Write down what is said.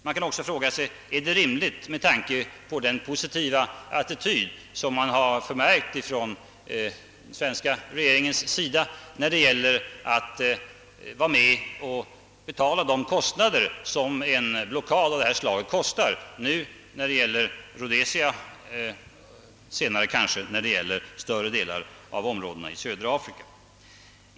Man kan fråga sig om det är rimligt med tanke på den positiva attityd man har förmärkt från den svenska regeringen, när det gäller att vara med och betala de kostnader en blockad av detta slag kostar. Just nu gäller det Rhodesia, senare kanske det kommer att gälla större delar av områdena i södra Afrika.